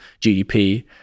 GDP